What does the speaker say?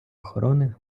охорони